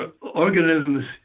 organisms